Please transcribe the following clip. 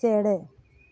ᱪᱮᱬᱮ